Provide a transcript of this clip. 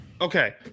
Okay